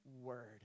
word